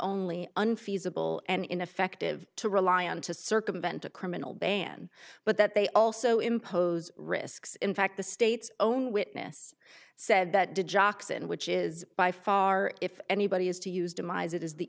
only unfeasible and ineffective to rely on to circumvent a criminal ban but that they also impose risks in fact the state's own witness said that did jocks in which is by far if anybody is to use demise it is the